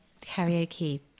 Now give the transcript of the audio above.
karaoke